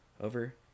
over